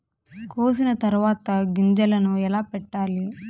కోసిన తర్వాత గింజలను ఎలా పెట్టాలి